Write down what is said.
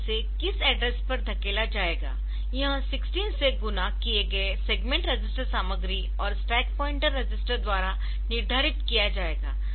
तो इसे किस एड्रेसपर धकेला जाएगा यह 16 से गुणा किए गए सेगमेंट रजिस्टर सामग्री और स्टैक पॉइंटर रजिस्टर द्वारा निर्धारित किया जाएगा